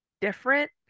different